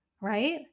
right